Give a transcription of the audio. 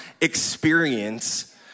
experience